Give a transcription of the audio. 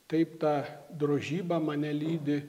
taip ta drožyba mane lydi